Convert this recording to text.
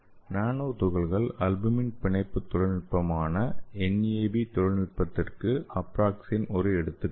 நானோ துகள்கள் அல்புமின் பிணைப்பு தொழில்நுட்பமான NAB தொழில்நுட்பத்திற்கு அப்ராக்ஸேன் ஒரு எடுத்துக்காட்டு